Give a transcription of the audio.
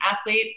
athlete